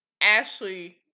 Ashley